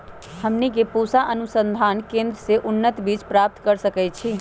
हमनी के पूसा अनुसंधान केंद्र से उन्नत बीज प्राप्त कर सकैछे?